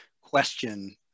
question